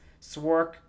Swark